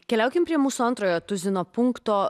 keliaukim prie mūsų antrojo tuzino punkto